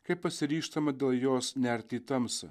kai pasiryžtama dėl jos nerti į tamsą